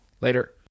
Later